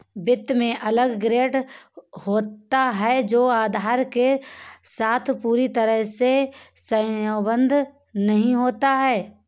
वित्त में अलग ग्रेड होता है जो आधार के साथ पूरी तरह से सहसंबद्ध नहीं होता है